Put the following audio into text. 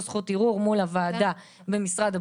זכות ערעור מול הוועדה במשרד הבריאות,